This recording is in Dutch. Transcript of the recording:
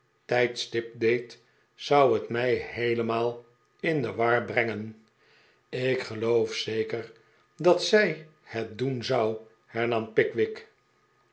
tijdstip deed zou het mij heelemaal in de war brengen ik geloof zeker dat zij het doen zou hernam pickwick